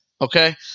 Okay